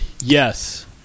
Yes